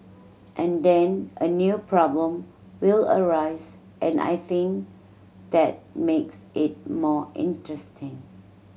and then a new problem will arise and I think that makes it more interesting